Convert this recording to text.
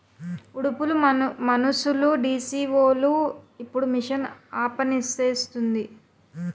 ఉడుపులు మనుసులుడీసీవోలు ఇప్పుడు మిషన్ ఆపనిసేస్తాంది